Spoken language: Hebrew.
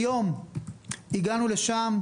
היום הגענו לשם,